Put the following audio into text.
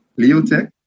Leotech